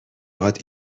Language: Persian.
هات